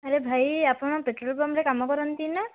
ଆରେ ଭାଇ ଆପଣ ପେଟ୍ରୋଲ୍ ପମ୍ପ୍ରେ କାମ କରନ୍ତି ନା